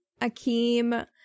Akeem